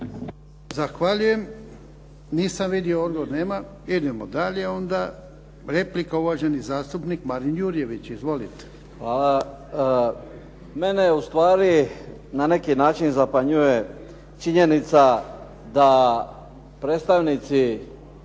Zahvaljujem. Nisam vidio odgovor. Nema. Idemo dalje onda. Replika, uvaženi zastupnik Marin Jurjević. Izvolite. **Jurjević, Marin (SDP)** Hvala. Pa, mene je ustvari na neki način zapanjuje činjenica da predstavnici